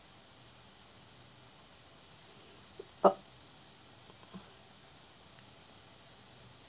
uh